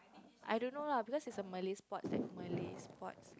I don't know lah because it's a Malay sports like Malay sports